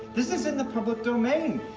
this is in the public domain,